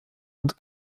und